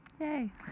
Yay